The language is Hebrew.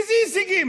איזה הישגים?